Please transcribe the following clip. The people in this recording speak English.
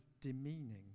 demeaning